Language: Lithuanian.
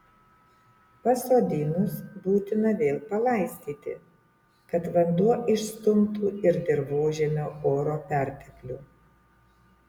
pasodinus būtina vėl palaistyti kad vanduo išstumtų ir dirvožemio oro perteklių